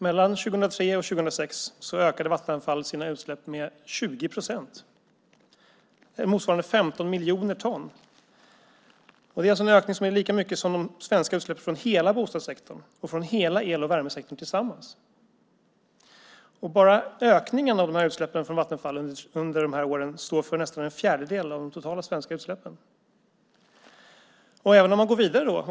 Mellan 2003 och 2006 ökade Vattenfall sina utsläpp med 20 procent. Det motsvarar 15 miljoner ton. Det är en ökning som är lika stor som de svenska utsläppen från hela bostadssektorn och från hela el och värmesektorn tillsammans. Bara ökningen av utsläppen från Vattenfall under dessa år står för nästan en fjärdedel av de totala svenska utsläppen. Låt oss se vidare.